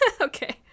Okay